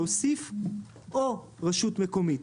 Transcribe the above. להוסיף או רשות מקומית.